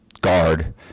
guard